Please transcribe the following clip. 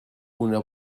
una